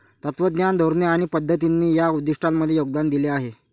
तत्त्वज्ञान, धोरणे आणि पद्धतींनी या उद्दिष्टांमध्ये योगदान दिले आहे